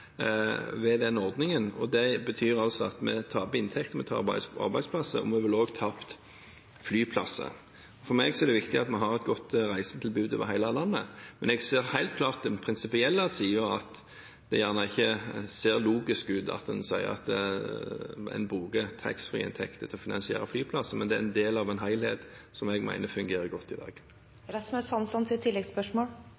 og det betyr at vi vil tape inntekter, vi vil tape arbeidsplasser, og vi vil også tape flyplasser. For meg er det viktig at vi har et godt reisetilbud over hele landet, men jeg ser helt klart den prinsipielle siden at det ikke ser logisk ut at en sier at en bruker taxfree-inntekter til å finansiere flyplasser. Men det er en del av en helhet som jeg mener fungerer godt i